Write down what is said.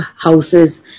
houses